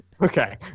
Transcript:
okay